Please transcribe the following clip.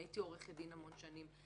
הייתי עורכת דין המון שנים.